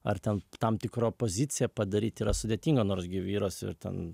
ar ten tam tikra pozicija padaryt yra sudėtinga nors gi vyras ir ten